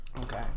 Okay